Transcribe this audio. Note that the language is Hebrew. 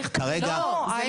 כרגע --- לא, ההיפך.